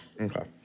Okay